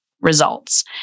results